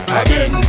again